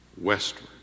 westward